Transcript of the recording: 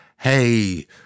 Hey